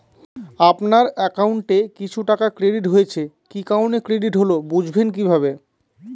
আপনার অ্যাকাউন্ট এ কিছু টাকা ক্রেডিট হয়েছে কি কারণে ক্রেডিট হল বুঝবেন কিভাবে?